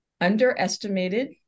underestimated